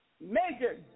Major